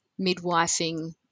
midwifing